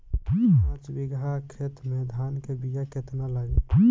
पाँच बिगहा खेत में धान के बिया केतना लागी?